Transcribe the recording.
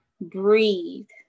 breathe